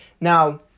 Now